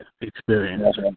experience